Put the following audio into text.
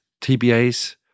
TBAs